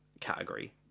category